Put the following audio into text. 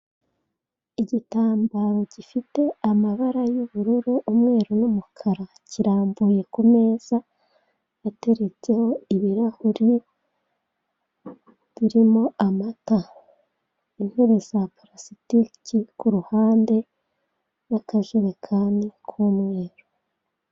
Igitambaro gifite amabara y'ubururu, umweru n'umukara kirambuye ku meza iteretseho ibirahure birimo amata, intebe za parasitiki ku ruhande y'akajerani k'umweru.